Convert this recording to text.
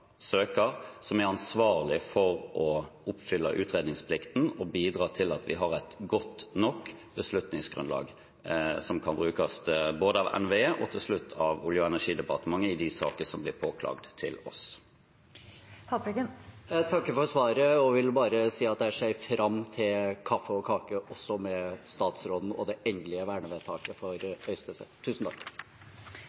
søkeren, som er ansvarlig for å oppfylle utredningsplikten og bidra til at vi har et godt nok beslutningsgrunnlag, som kan brukes både av NVE og til slutt av Olje- og energidepartementet i de sakene som blir påklagd til oss. Jeg takker for svaret og vil bare si at jeg ser fram til kaffe og kake også med statsråden og det endelige vernevedtaket for